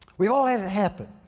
we all had it happen.